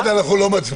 על 1 אנחנו לא מצביעים.